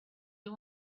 you